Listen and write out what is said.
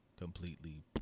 completely